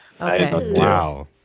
Wow